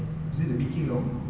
is it the B_K long